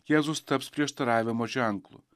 jėzus taps prieštaravimo ženklu